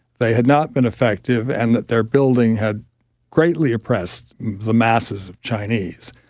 they had not been effective, and that their building had greatly oppressed the masses of chinese.